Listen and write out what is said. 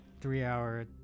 three-hour